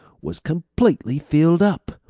was completely filled up.